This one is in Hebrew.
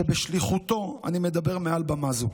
שבשליחותו אני מדבר מעל במה זו.